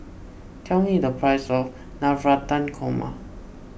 tell me the price of Navratan Korma